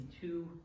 two